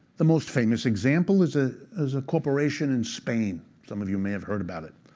the most famous example is ah is a corporation in spain. some of you may have heard about it.